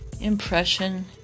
impression